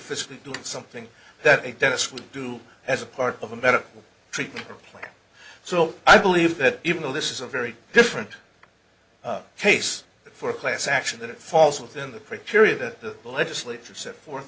physically do something that a dentist would do as a part of a medical treatment plan so i believe that even though this is a very different the case for a class action that falls within the pretoria the legislature set forth